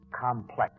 complex